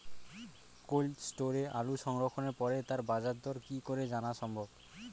Cold স্টোরে আলু সংরক্ষণের পরে তার বাজারদর কি করে জানা সম্ভব?